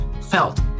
felt